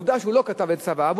ועובדה שהוא לא כתב את הצוואה,